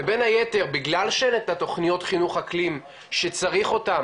ובין היתר בגלל שאין את התוכניות חינוך אקלים שצריך אותן